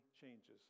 changes